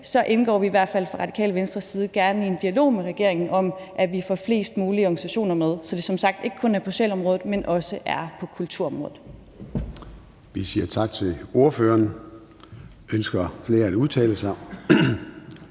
så indgår vi i hvert fald fra Radikale Venstres side gerne i en dialog med regeringen om, at vi får flest mulige organisationer med, så det som sagt ikke kun er dem på socialområdet, men også på kulturområdet.